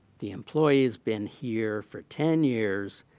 the employee's been here for ten years.